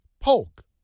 Polk